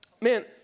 Man